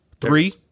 Three